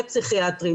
הווה פסיכיאטרי,